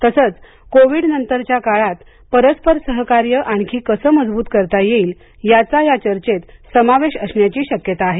तसंच कोविड नंतरच्या काळात परस्पर सहकार्य आणखी कसे मजबूत करता येईल याचा या चर्चेत समावेश असण्याची शक्यता आहे